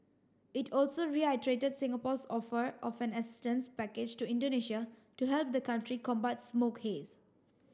it also Singapore's offer of an assistance package to Indonesia to help the country combat smoke haze